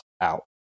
out